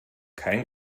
kein